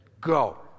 go